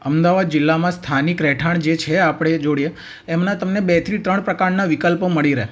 અમદાવાદ જિલ્લામાં સ્થાનિક રહેઠાણ જે છે આપણી જોડે એમનાં તમને બે થી ત્રણ પ્રકારના વિકલ્પો મળી રહે